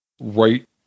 right